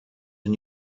and